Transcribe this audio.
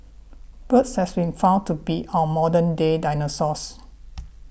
birds has been found to be our modern day dinosaurs